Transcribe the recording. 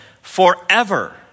forever